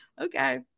okay